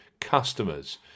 customers